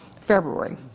February